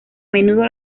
menudo